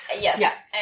Yes